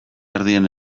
ardien